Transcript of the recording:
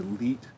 elite